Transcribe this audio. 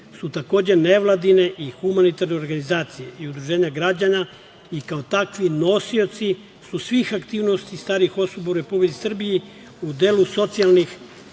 su takođe nevladine i humanitarne organizacije i udruženja građana i kao takvi nosioci su svih aktivnosti starijih osoba u RS u delu socijalnih